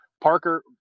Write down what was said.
Parker